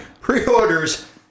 pre-orders